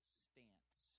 stance